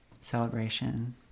Celebration